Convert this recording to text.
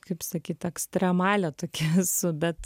kaip sakyt ekstremalė tokia esu bet